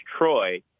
troy